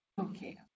okay